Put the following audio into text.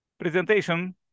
presentation